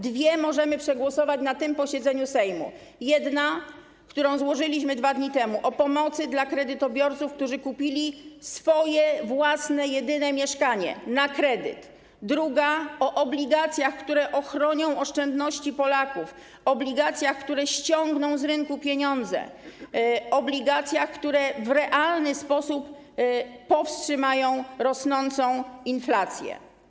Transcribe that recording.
Dwie możemy przegłosować na tym posiedzeniu Sejmu: jedną, którą złożyliśmy 2 dni temu, o pomocy dla kredytobiorców, którzy kupili swoje własne jedyne mieszkanie na kredyt, i drugą, o obligacjach, które ochronią oszczędności Polaków, obligacjach, które ściągną z rynku pieniądze, obligacjach, które w realny sposób powstrzymają rosnącą inflację.